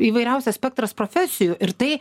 įvairiausias spektras profesijų ir tai